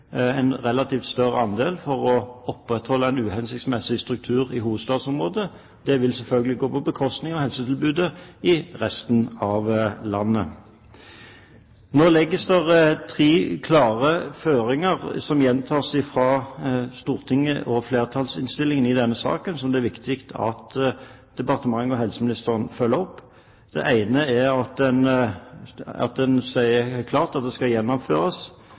for å opprettholde en uhensiktsmessig struktur i hovedstadsområdet. Det vil selvfølgelig gå på bekostning av helsetilbudet i resten av landet. Nå legges det tre klare føringer, som gjentas fra Stortinget og i flertallsinnstillingen i denne saken, som det er viktig at departementet og helseministeren følger opp. Det ene er at det sies klart at det skal gjennomføres